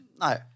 No